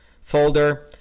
folder